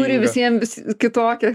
kuri visiem vis kitokia